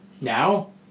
now